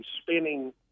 spinning